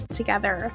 together